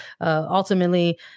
Ultimately